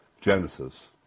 Genesis